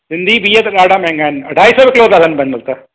सिंधी बिह त ॾाढा महांगा आहिनि अढाई सौ रुपये किलो हलनि था हू त